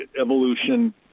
evolution